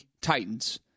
Titans